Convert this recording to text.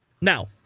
Now